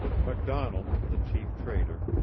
mcdonald, the chief trader,